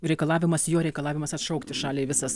reikalavimas jo reikalavimas atšaukti šaliai visas